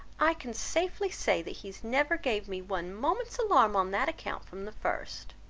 i can safely say that he has never gave me one moment's alarm on that account from the first.